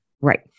right